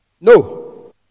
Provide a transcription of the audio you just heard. No